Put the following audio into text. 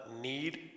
need